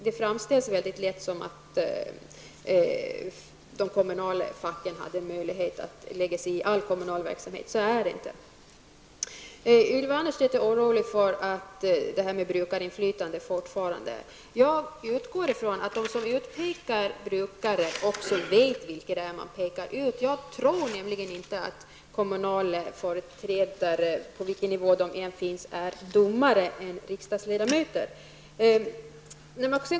Det framställs väldigt lätt som att de kommunala facken skulle ha möjlighet att lägga sig i all kommunal verksamhet. Så är det inte. Ylva Annerstedt är fortfarande orolig för brukarinflytandet. Jag utgår ifrån att de som utpekar brukare också vet vilka de pekar ut. Jag tror nämligen inte att kommunala företrädare, på vilken nivå de än finns, är dummare än riksdagsledamöter.